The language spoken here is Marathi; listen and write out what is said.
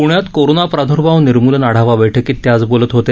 पुण्यात कोरोना प्रादुर्भाव निर्मुलन आढावा बैठकीत ते आज बोलत होते